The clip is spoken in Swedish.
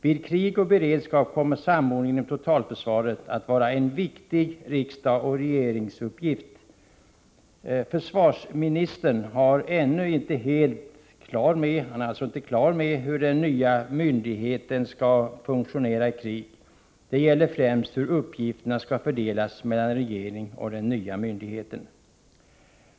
Vid krig och beredskap kommer samordningen inom totalförsvaret att vara en av riksdagens och regeringens viktigaste uppgifter. Försvarsministern är ännu inte helt klar med hur den nya myndigheten skall funktionera i krig. Det gäller främst hur uppgifterna skall fördelas mellan regeringen och den nya myndigheten.